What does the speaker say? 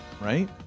right